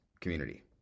community